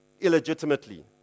illegitimately